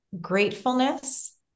gratefulness